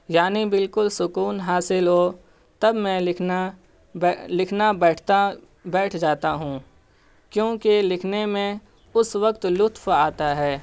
یعنی بالکل سکون حاصل ہو تب میں لکھنا لکھنا بیٹھتا بیٹھ جاتا ہوں کیونکہ لکھنے میں اس وقت لطف آتا ہے